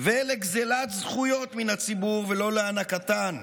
ולגזלת זכויות מן הציבור ולא להענקתן.